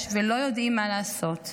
ולא יודעים מה לעשות,